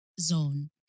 zone